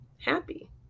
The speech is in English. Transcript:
happy